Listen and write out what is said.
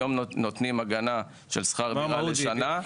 היום נותנים הגנה של שכר דירה לשנה,